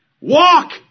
Walk